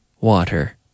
water